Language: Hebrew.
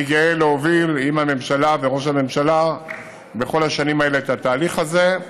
אני גאה להוביל עם הממשלה וראש הממשלה בכל השנים האלה את התהליך הזה,